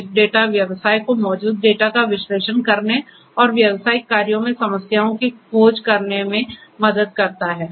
big data व्यवसाय को मौजूदा डेटा का विश्लेषण करने और व्यावसायिक कार्यों में समस्याओं की खोज करने में मदद करता है